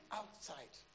outside